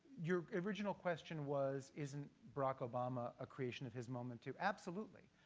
your original question was, isn't barack obama a creation of his moment, too? absolutely.